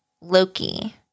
Loki